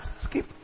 skip